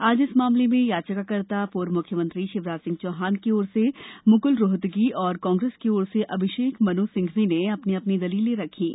आज इस मामले में याचिकाकर्ता पूर्व मुख्यमंत्री शिवराजसिंह चौहान की ओर से मुकुल रोहतगी और कांग्रेस की ओर से अभिषेक मनु सिंघवी ने अपनी अपनी दलीलें रखीं